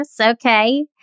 okay